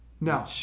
No